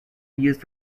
used